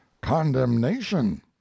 condemnation